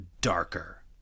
darker